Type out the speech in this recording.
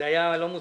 זה היה לא מוצלח.